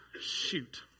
shoot